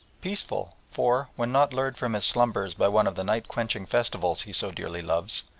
peaceful, for, when not lured from his slumbers by one of the night-quenching festivals he so dearly loves,